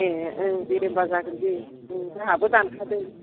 ए ओं दे होमबा जागोन बे ओं जोंहाबो दानखादों